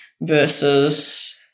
Versus